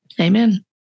Amen